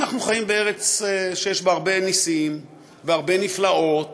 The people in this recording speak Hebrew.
אנחנו חיים בארץ שיש בה הרבה נסים והרבה נפלאות,